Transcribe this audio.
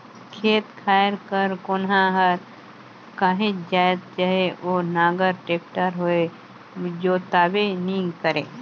खेत खाएर कर कोनहा हर काहीच जाएत चहे ओ नांगर, टेक्टर होए जोताबे नी करे